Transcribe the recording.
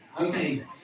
Okay